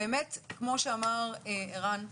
כמו שאמר ערן,